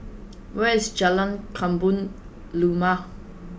where is Jalan Kebun Limau